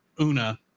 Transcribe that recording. Una